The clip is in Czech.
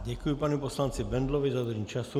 Děkuji panu poslanci Bendlovi za dodržení času.